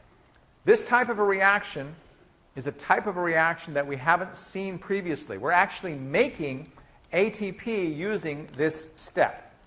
this type of a reaction is a type of a reaction that we haven't seen previously. we're actually making atp using this step.